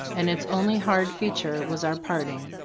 and its only hard feature was our parting.